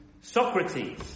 Socrates